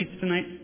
tonight